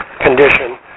condition